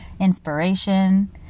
Inspiration